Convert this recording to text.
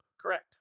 correct